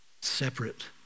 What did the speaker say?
Separate